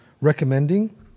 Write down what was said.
recommending